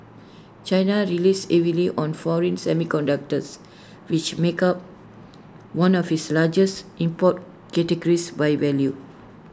China relies heavily on foreign semiconductors which make up one of this largest import categories by value